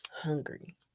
hungry